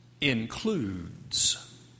includes